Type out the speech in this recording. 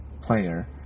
player